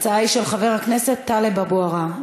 הצעה מס' 5727. ההצעה היא של חבר הכנסת טלב אבו עראר.